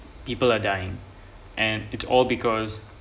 people are dying and it's all because